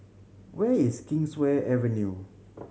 where is Kingswear Avenue